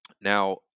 Now